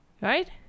right